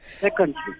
Secondly